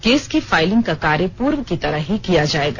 case की filing का कार्य पूर्व की तरह ही किया जायेगा